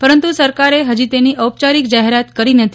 પરંતુ સરકારે હજી તેની ઔપયારિક જાહેરાત કરી નથી